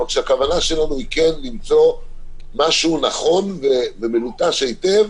אבל כשהכוונה שלנו היא כן למצוא משהו נכון ומלוטש היטב,